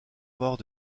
mort